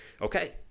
Okay